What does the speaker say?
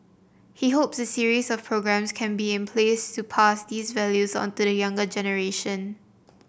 he hopes a series of programmes can be in place to pass these values on to the younger generation